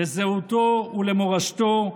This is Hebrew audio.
לזהותו ולמורשתו.